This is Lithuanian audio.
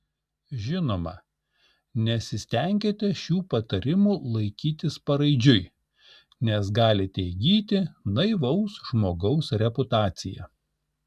žinoma nesistenkite šių patarimų laikytis paraidžiui nes galite įgyti naivaus žmogaus reputaciją